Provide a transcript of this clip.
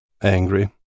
angry